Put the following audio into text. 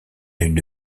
une